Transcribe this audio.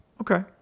Okay